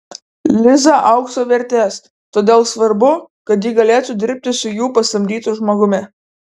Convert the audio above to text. liza aukso vertės todėl svarbu kad ji galėtų dirbti su jų pasamdytu žmogumi